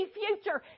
future